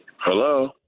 Hello